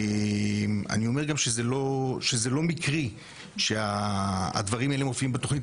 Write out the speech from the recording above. זה לא מקרי שהדברים האלה מופיעים בתוכנית